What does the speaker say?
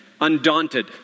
Undaunted